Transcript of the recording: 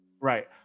Right